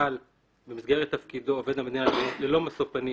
יפעל עובד המדינה ללא משוא פנים